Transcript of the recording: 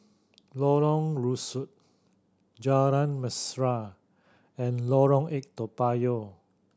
Lorong Rusuk Jalan Mesra and Lorong Eight Toa Payoh